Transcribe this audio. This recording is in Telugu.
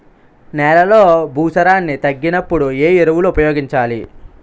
నెలలో భూసారాన్ని తగ్గినప్పుడు, ఏ ఎరువులు ఉపయోగించాలి?